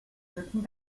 certain